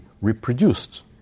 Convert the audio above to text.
reproduced